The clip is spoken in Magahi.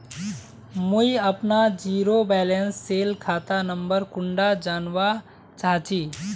मुई अपना जीरो बैलेंस सेल खाता नंबर कुंडा जानवा चाहची?